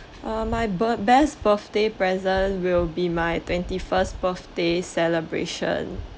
uh my bir~ best birthday present will be my twenty-first birthday celebration